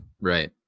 Right